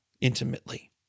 intimately